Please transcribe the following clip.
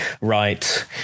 right